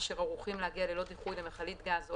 אשר ערוכים להגיע ללא דיחוי למכלית גז או